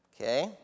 Okay